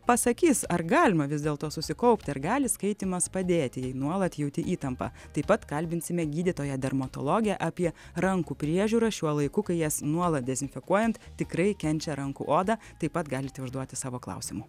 pasakys ar galima vis dėlto susikaupti ar gali skaitymas padėti jei nuolat jauti įtampą taip pat kalbinsime gydytoją dermatologę apie rankų priežiūrą šiuo laiku kai jas nuolat dezinfekuojant tikrai kenčia rankų oda taip pat galite užduoti savo klausimų